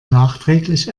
nachträglich